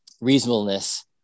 reasonableness